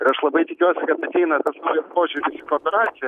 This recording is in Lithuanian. ir aš labai tikiuosi kad ateina kas nori požiūris į kooperaciją